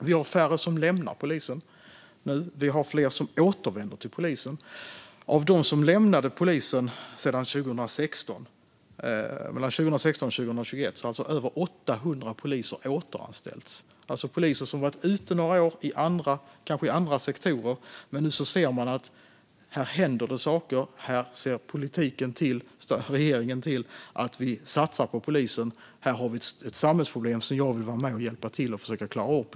Vi har nu färre som lämnar polisen och fler som återvänder till polisen. Av dem som lämnade polisen mellan 2016 och 2021 har över 800 poliser återanställts. Detta är poliser som har varit ute några år, kanske i andra sektorer. Nu ser de att det händer saker och att politiken - regeringen - ser till att det satsas på polisen. Det finns ett samhällsproblem som de vill vara med och hjälpa till att försöka klara upp.